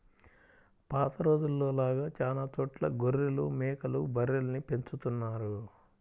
పాత రోజుల్లో లాగా చానా చోట్ల గొర్రెలు, మేకలు, బర్రెల్ని పెంచుతున్నారు